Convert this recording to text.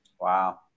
Wow